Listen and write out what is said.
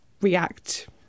react